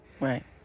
Right